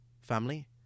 Family